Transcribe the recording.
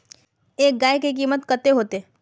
एक गाय के कीमत कते होते?